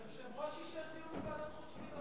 היושב-ראש אישר דיון בוועדת החוץ והביטחון ממש באותו זמן.